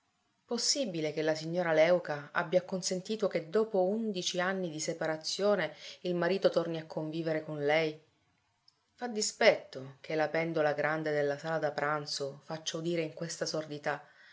possibile che la signora léuca abbia acconsentito che dopo undici anni di separazione il marito torni a convivere con lei fa dispetto che la pendola grande della sala da pranzo faccia udire in questa sordità